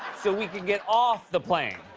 so we can get off the plane.